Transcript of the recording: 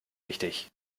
wichtig